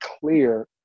clear